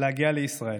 להגיע לישראל.